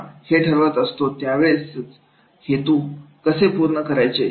जेव्हा हे ठरवत असतो त्या वेळेसच हेतु कसे पूर्ण करायचे